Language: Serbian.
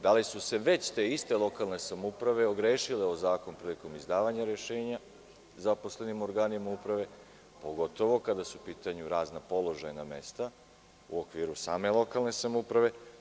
Da li su se već te iste lokalne samouprave ogrešile o zakon prilikom izdavanja rešenja zaposlenima u organima uprave, pogotovo kada su u pitanju razna položajna mesta u okviru same lokalne samouprave?